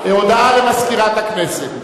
הודעה למזכירת הכנסת.